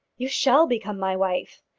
you shall become my wife!